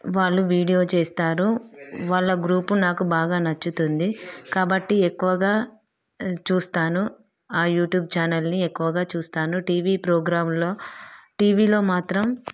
వాళ్ళు వీడియో చేస్తారు వాళ్ళ గ్రూపు నాకు బాగా నచ్చుతుంది కాబట్టి ఎక్కువగా చూస్తాను ఆ యూట్యూబ్ ఛానల్ని ఎక్కువగా చూస్తాను టీవీ ప్రోగ్రాంలో టీవీలో మాత్రం